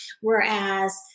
Whereas